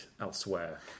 elsewhere